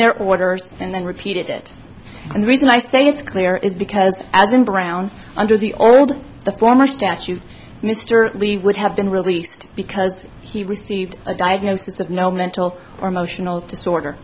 their orders and then repeated it and the reason i say it's clear is because as in brown's under the old the former statute mr lee would have been released because he received a diagnosis of no mental or emotional disorder